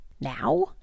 now